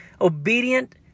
obedient